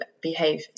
behave